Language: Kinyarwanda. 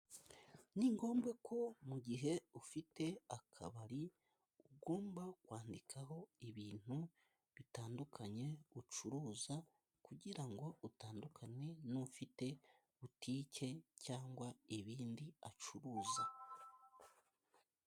Ni ngombwa ko mu gihe ufite akabari, ugomba kwandikaho ibintu bitandukanye ucuruza, kugira ngo utandukane n'ufite butike, cyangwa ibindi acuruza.